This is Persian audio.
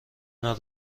نوع